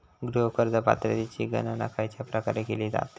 गृह कर्ज पात्रतेची गणना खयच्या प्रकारे केली जाते?